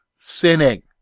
sinning